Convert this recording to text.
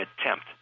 attempt